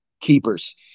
keepers